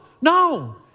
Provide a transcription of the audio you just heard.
no